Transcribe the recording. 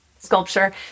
Sculpture